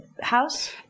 house